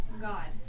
God